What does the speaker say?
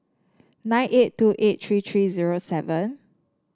nine eight two eight three three zero seven